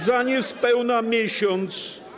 Za niespełna miesiąc.